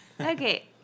Okay